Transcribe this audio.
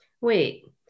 Wait